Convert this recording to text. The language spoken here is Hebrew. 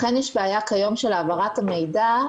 אכן יש בעיה כיום של העברת מידע,